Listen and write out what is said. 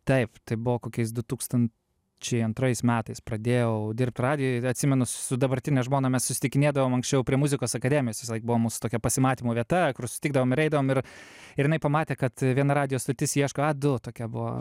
taip tai buvo kokiais du tūkstančiai antrais metais pradėjau dirbt radijuj atsimenu su dabartine žmona mes susitikinėdavome anksčiau prie muzikos akademijos visąlaik buvo mūsų tokia pasimatymo vieta kur susitikdavom ir eidavom ir ir jinai pamatė kad viena radijo stotis ieško a du tokia buvo